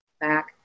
back